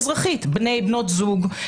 אזרחית בני/בנות זוג,